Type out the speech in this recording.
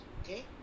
Okay